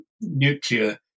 nuclear